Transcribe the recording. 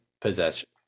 possession